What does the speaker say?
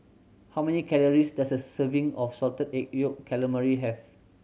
how many calories does a serving of Salted Egg Yolk Calamari have